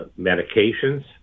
medications